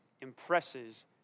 impresses